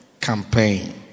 campaign